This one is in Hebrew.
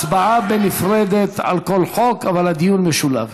הצבעה נפרדת על כל חוק, אבל הדיון משולב.